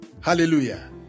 Hallelujah